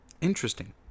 Interesting